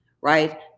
Right